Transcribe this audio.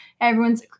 everyone's